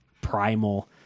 primal